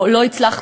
או לא הצלחתי,